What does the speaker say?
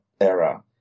era